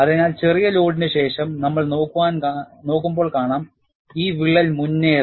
അതിനാൽ ചെറിയ ലോഡിന് ശേഷം നമ്മൾ നോക്കുമ്പോൾ കാണാം ഈ വിള്ളൽ മുന്നേറി